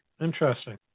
Interesting